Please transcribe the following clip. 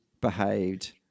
behaved